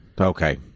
Okay